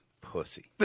Pussy